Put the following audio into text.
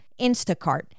Instacart